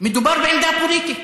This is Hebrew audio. מדובר בעמדה פוליטית.